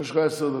יש לך עשר דקות.